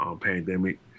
Pandemic